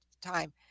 time